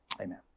Amen